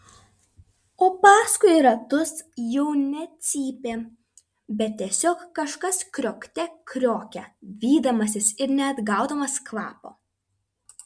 o paskui ratus jau ne cypė bet tiesiog kažkas kriokte kriokė vydamasis ir neatgaudamas kvapo